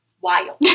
wild